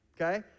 Okay